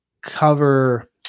cover